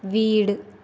വീട്